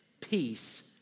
peace